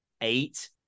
eight